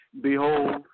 Behold